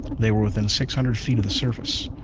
they were within six hundred feet of the surface.